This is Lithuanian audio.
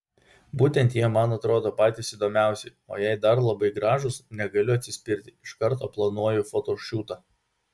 būtent jie man atrodo patys įdomiausi o jei dar labai gražūs negaliu atsispirti iš karto planuoju fotošiūtą